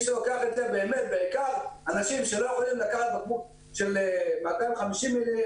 מי שלוקח את זה זה בעיקר אנשים שלא יכולים לקחת בקבוק של 250 מ"ל,